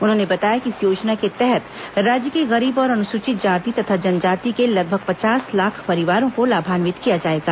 उन्होंने बताया कि इस योजना के तहत राज्य के गरीब और अनुसूचित जाति तथा जनजाति के लगभग पचास लाख परिवारों को लाभान्वित किया जाएगा